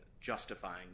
justifying